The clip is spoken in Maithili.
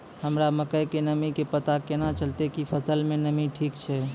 हमरा मकई के नमी के पता केना चलतै कि फसल मे नमी ठीक छै?